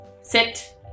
Sit